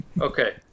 Okay